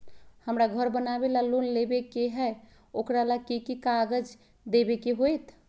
हमरा घर बनाबे ला लोन लेबे के है, ओकरा ला कि कि काग़ज देबे के होयत?